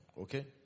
okay